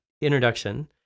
introduction